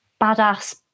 badass